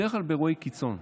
בדרך כלל באירועי קיצון,